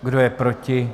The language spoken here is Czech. Kdo je proti?